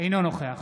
אינו נוכח